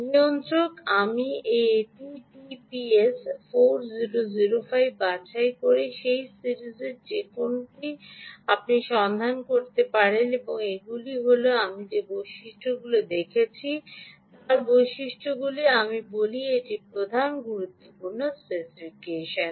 নিয়ন্ত্রক আমি এই টিপিএস 4005 বাছাই করে সেই সিরিজের যে কোনওটি আপনি সন্ধান করতে পারেন এবং এগুলি হল আমি যে বৈশিষ্ট্যগুলি দেখছি তার বৈশিষ্ট্যগুলি আমি বলি এটির প্রধান গুরুত্বপূর্ণ স্পেসিফিকেশন